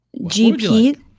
GP